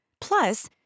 plus